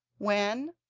when,